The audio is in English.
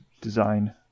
design